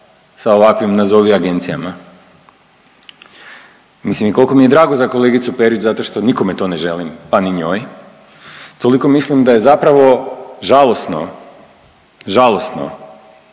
sa ovakvim nazovi agencijama. Mislim i kolko mi je drago za kolegicu Perić zato što nikome to ne želim pa ni njoj, toliko mislim da je zapravo žalosno, žalosno